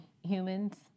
humans